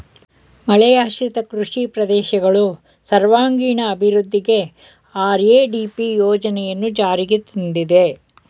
ಮಳೆಯಾಶ್ರಿತ ಕೃಷಿ ಪ್ರದೇಶಗಳು ಸರ್ವಾಂಗೀಣ ಅಭಿವೃದ್ಧಿಗೆ ಆರ್.ಎ.ಡಿ.ಪಿ ಯೋಜನೆಯನ್ನು ಜಾರಿಗೆ ತಂದಿದೆ